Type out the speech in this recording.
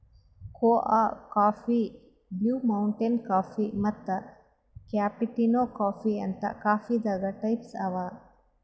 ಕೋಆ coffee, blue mountain coffee ಮತ್ತ್ cappuccino coffee ಅಂತ್ ಕಾಫೀದಾಗ್ ಟೈಪ್ಸ್ ಅವಾ